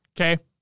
Okay